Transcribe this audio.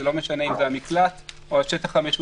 זה לא משנה אם זה המקלט או השטח המשותף.